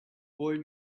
boy